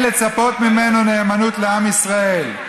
אין לצפות ממנו נאמנות לעם ישראל.